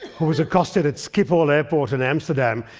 who was accosted at schiphol airport in amsterdam,